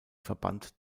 verband